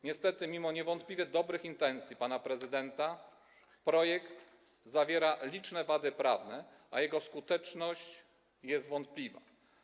Niestety mimo niewątpliwie dobrych intencji pana prezydenta projekt zawiera liczne wady prawne, a jego skuteczność jest wątpliwa.